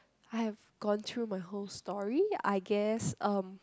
I've gone through the whole story I guess um